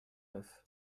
neuf